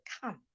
come